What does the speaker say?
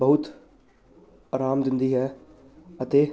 ਬਹੁਤ ਆਰਾਮ ਦਿੰਦੀ ਹੈ ਅਤੇ